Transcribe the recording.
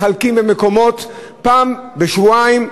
מחלקים במקומות פעם בשבועיים,